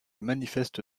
manifeste